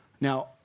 Now